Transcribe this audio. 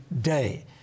day